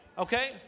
Okay